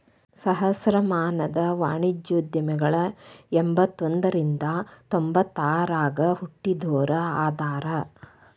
ಸಹಸ್ರಮಾನದ ವಾಣಿಜ್ಯೋದ್ಯಮಿಗಳ ಎಂಬತ್ತ ಒಂದ್ರಿಂದ ತೊಂಬತ್ತ ಆರಗ ಹುಟ್ಟಿದೋರ ಅದಾರ